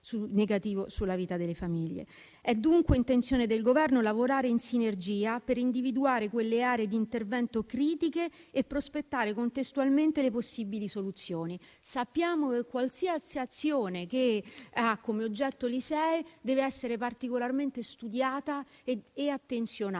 È dunque intenzione del Governo lavorare in sinergia per individuare le aree di intervento critiche e prospettare contestualmente possibili soluzioni. Sappiamo che qualsiasi azione che abbia come oggetto l'ISEE dev'essere particolarmente studiata e attenzionata